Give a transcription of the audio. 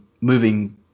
moving